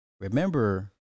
Remember